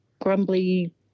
grumbly